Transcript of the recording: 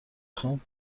خوام